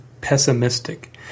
pessimistic